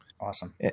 Awesome